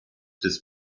des